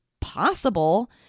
possible